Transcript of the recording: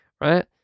right